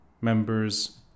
members